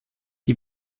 die